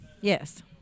Yes